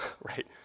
right